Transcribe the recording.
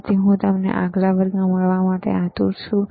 તેથી હું તમને આગલા વર્ગમાં મળવા માટે આતુર છું